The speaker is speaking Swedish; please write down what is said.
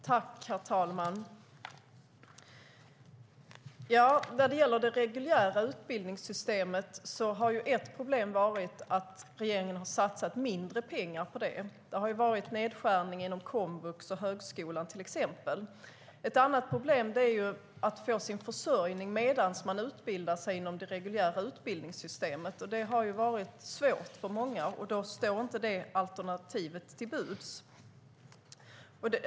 Herr talman! När det gäller det reguljära utbildningssystemet har ett problem varit att regeringen har satsat mindre pengar på det. Det har varit nedskärningar inom komvux och högskolan, till exempel. Ett annat problem är att få sin försörjning medan man utbildar sig inom det reguljära utbildningssystemet. Det har varit svårt för många, och då står inte det alternativet till buds.